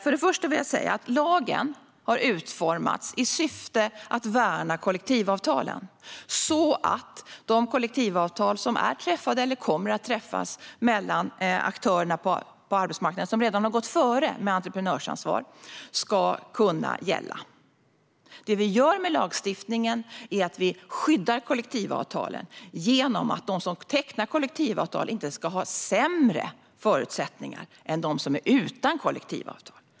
Först och främst vill jag säga att lagen har utformats i syfte att värna kollektivavtalen så att de kollektivavtal som är träffade eller kommer att träffas mellan aktörerna på arbetsmarknaden som redan har gått före med entreprenörsansvar ska kunna gälla. Det vi gör med lagstiftningen är att vi skyddar kollektivavtalen genom att de som tecknar kollektivavtal inte ska ha sämre förutsättningar än dem som är utan kollektivavtal.